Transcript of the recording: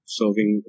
serving